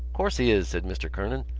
course he is, said mr. kernan,